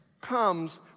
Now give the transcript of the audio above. comes